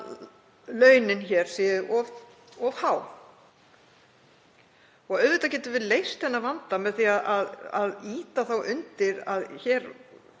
launin hér séu of há. Auðvitað getum við leyst þennan vanda með því að ýta undir að það